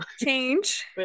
change